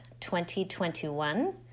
2021